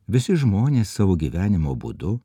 visi žmonės savo gyvenimo būdu